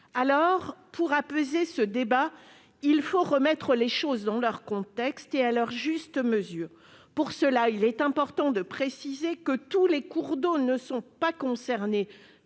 Pour apaiser ce débat, il faut replacer les choses dans leur contexte et à leur juste mesure. Pour cela, il est important de préciser que tous les cours d'eau ne sont pas concernés